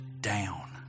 down